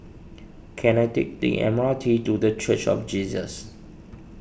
can I take the M R T to the Church of Jesus